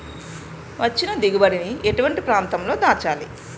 వచ్చిన దిగుబడి ని ఎటువంటి ప్రాంతం లో దాచాలి?